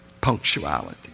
Punctuality